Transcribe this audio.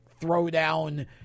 throwdown